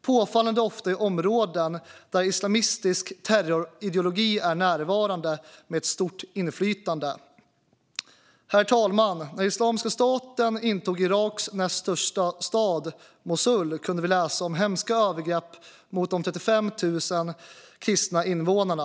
Det sker påfallande ofta i områden där islamistisk terrorideologi är närvarande med ett stort inflytande. Herr talman! När Islamiska staten intog Iraks näst största stad Mosul kunde vi läsa om hemska övergrepp mot de 35 000 kristna invånarna.